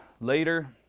later